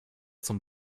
zum